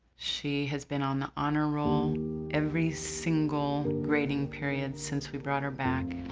she has been on the honor roll every single grading period since we brought her back.